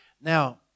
Now